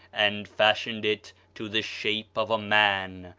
and fashioned it to the shape of a man,